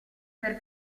per